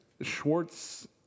Schwartz